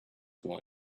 one